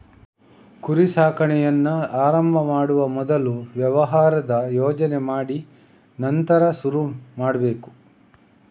ಕುರಿ ಸಾಕಾಣೆಯನ್ನ ಆರಂಭ ಮಾಡುವ ಮೊದಲು ವ್ಯವಹಾರದ ಯೋಜನೆ ಮಾಡಿ ನಂತರ ಶುರು ಮಾಡ್ಬೇಕು